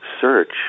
search